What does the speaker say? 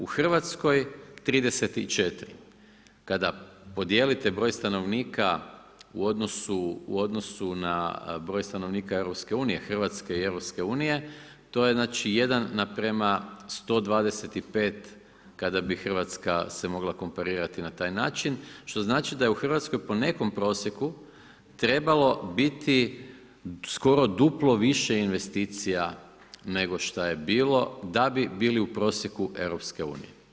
U Hrvatskoj 34. kada podijelite broj stanovnika u odnosu na broj stanovnika EU, Hrvatske i EU, to je znači 1 naprema 125 kada bi Hrvatska se mogla komparirati na taj način, što znači da je u Hrvatskoj po nekom prosjeku trebalo biti skoro duplo više investicija, nego šta je bilo, da bi bili u prosjeku EU.